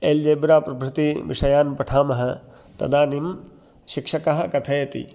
algebra प्रभृति विषयान् पठामः तदानीं शिक्षकः कथयति